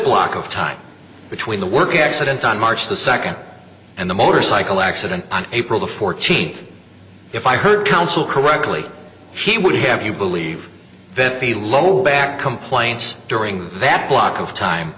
block of time between the work accident on march the second and the motorcycle accident on april the fourteenth if i heard counsel correctly he would have you believe that the low back complaints during that block of time